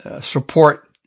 support